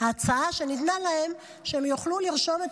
ההצעה שניתנה להם היא שהם יוכלו לרשום את